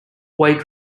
wide